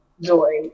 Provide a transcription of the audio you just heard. joy